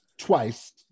twice